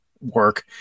work